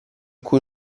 cui